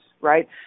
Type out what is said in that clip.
right